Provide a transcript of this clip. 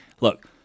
look